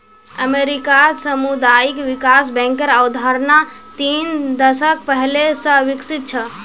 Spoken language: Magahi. अमेरिकात सामुदायिक विकास बैंकेर अवधारणा तीन दशक पहले स विकसित छ